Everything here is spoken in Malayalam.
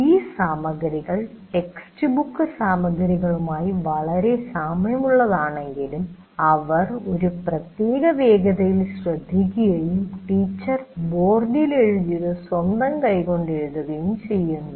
ആ സാമഗ്രികൾ ടെക്സ്റ്റ് ബുക്ക് സാമഗ്രികളുമായി വളരെ സാമ്യമുള്ളതാകാമെങ്കിലും അവർ ഒരു പ്രത്യേക വേഗതയിൽ ശ്രദ്ധിക്കുകയും ടീച്ചർ ബോർഡിൽ എഴുതിയത് സ്വന്തം കൈകൊണ്ട് എഴുതുകയും ചെയ്യുന്നു